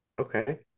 okay